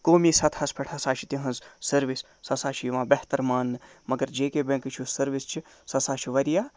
قومی سَتہَس پٮ۪ٹھ ہسا چھِ تِہنز سٔروِس ہسا چھِ یِوان بہتر ماننہٕ مَگر جے کے بٮ۪نکٕچ یۄس سٔروِس چھِ سُہ سا چھِ واریاہ